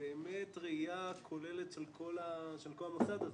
באמת ראיה כוללת של כל המוסד הזה.